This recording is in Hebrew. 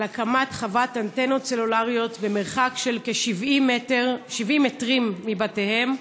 הקמת חוות אנטנות סלולריות במרחק כ-70 מטרים מבתיהם,